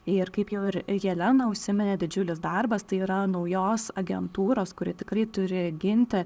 ir kaip jau ir helena užsiminė didžiulis darbas tai yra naujos agentūros kuri tikrai turi ginti